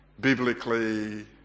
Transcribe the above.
biblically